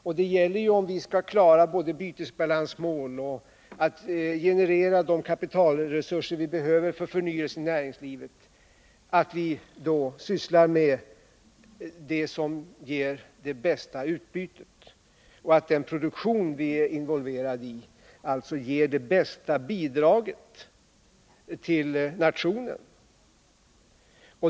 Och det gäller ju, om vi skall klara vårt bytesbalansmål och att generera de kapitalresurser vi behöver för förnyelsen i näringslivet, att vi sysslar med det som ger det bästa utbytet och att den produktion vi är involverade i ger det bästa bidraget till nationen.